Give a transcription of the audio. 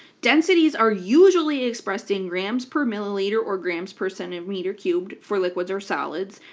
densities are usually expressed in grams per milliliter or grams per centimeter cubed for liquids or solids,